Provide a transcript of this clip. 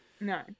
No